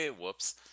Whoops